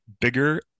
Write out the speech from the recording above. bigger